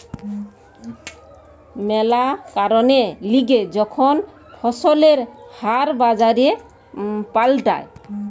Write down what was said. ম্যালা কারণের লিগে যখন ফসলের হার বাজারে পাল্টায়